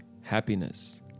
happiness